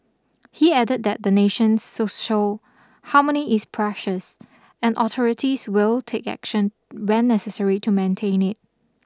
he added that the nation's social harmony is precious and authorities will take action when necessary to maintain it